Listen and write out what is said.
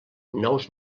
nous